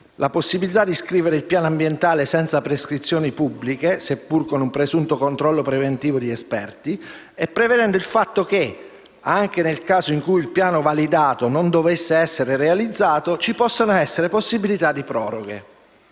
la possibilità di scrivere il piano ambientale senza prescrizioni pubbliche (seppur con un presunto controllo preventivo di esperti) e prevedendo il fatto che, anche nel caso in cui il piano «validato» non dovesse essere realizzato, ci possano essere possibilità di proroghe.